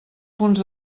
punts